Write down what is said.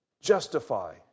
justify